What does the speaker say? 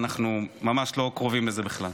אנחנו ממש לא קרובים לזה בכלל.